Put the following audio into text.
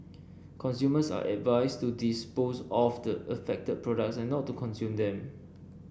consumers are advised to dispose of the affected products and not to consume them